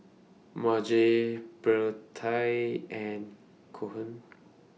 Marge Birtie and Cohen